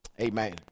amen